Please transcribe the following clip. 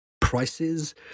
prices